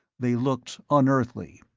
they looked unearthly,